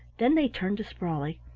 then they turned to sprawley.